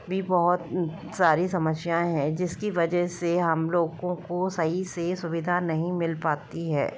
भी बहुत सारी समस्याएँ है जिसकी वजह से हम लोगों को सही से सुविधा नहीं मिल पाती है